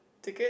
ticket